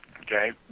okay